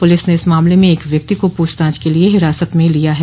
police ने इस मामले में एक व्यक्ति को पूछताछ के लिए हिरासत में लिया है